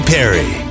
Perry